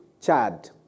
Chad